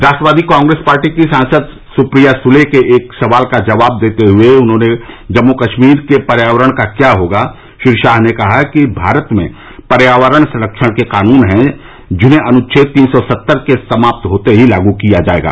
राष्ट्रवादी Congress party की सांसद सुप्रिया सुले के एक सवाल का जबाव देते हुए कि जम्मू कश्मीर के पर्यावरण का क्या होगा शाह ने कहा कि भारत में पर्यावरण संरक्षण के कानून हैं जिन्हें अनुछेद तीन सौ सत्तर के समाप्त होते ही लागू किया जाएगा